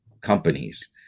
companies